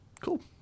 Cool